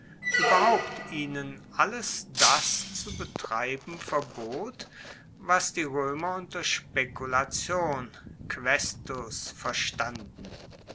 ueberhaupt ihnen alles das zu betreiben verbot was die roemer unter spekulation quaestus verstanden